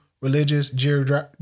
religious